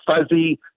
fuzzy